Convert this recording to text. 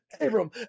Abram